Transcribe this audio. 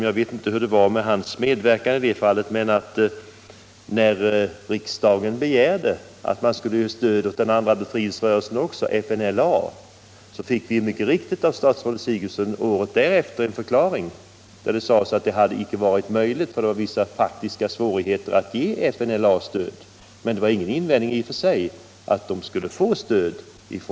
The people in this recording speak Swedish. Jag vet inte hur det var med herr Hellströms medverkan i det fallet, men när riksdagen begärde att man skulle ge stöd åt den andra befrielserörelsen också — FNLA -— fick vi mycket riktigt av statsrådet Sigurdsen året efter en förklaring att detta icke hade varit möjligt på grund av vissa praktiska svårigheter; det fanns ingen invändning i och för sig mot att FNLA skulle få stöd.